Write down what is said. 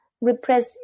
repress